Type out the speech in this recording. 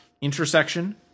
intersection